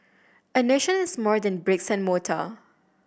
a nation is more than bricks and mortar